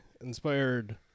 inspired